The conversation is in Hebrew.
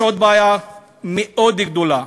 יש עוד בעיה מאוד גדולה: